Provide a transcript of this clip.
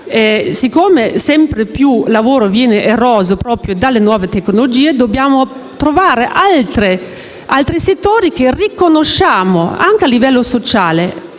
poiché sempre più il lavoro viene eroso proprio dalle nuove tecnologie, dobbiamo trovare altri settori che riconosciamo anche a livello sociale,